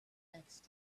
next